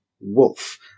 wolf